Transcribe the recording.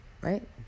right